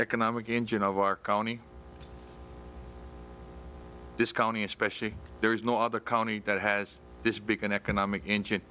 economic engine of our county this county especially there is no other county that has this big an economic engine